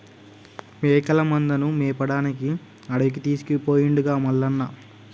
మేకల మందను మేపడానికి అడవికి తీసుకుపోయిండుగా మల్లన్న